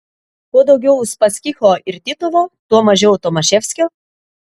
kuo daugiau uspaskicho ir titovo tuo mažiau tomaševskio